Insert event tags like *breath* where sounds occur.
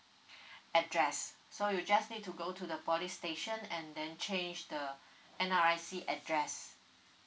*breath* address so you just need to go to the police station and then change the N_R_I_C address